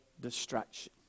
distraction